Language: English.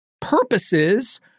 purposes